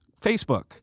Facebook